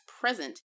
present